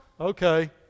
Okay